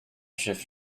shift